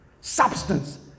substance